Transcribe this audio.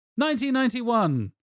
1991